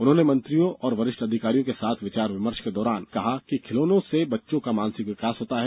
उन्होंने मंत्रियों और वरिष्ठ अधिकारियों के साथ विचार विमर्ष के दौरान कहा कि खिलौनों से बच्चों का मानसिक विकास होता है